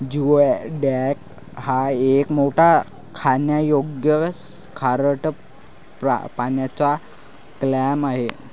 geoduck हा एक मोठा खाण्यायोग्य खारट पाण्याचा क्लॅम आहे